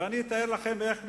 ואני אתאר לכם איך מתארים,